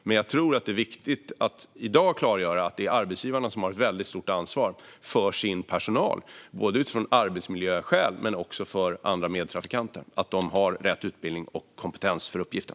Jag tror dock att det är viktigt att i dag klargöra att det är arbetsgivarna som har ett väldigt stort ansvar för att deras personal, både av arbetsmiljöskäl och med tanke på andra medtrafikanter, har rätt utbildning och kompetens för uppgiften.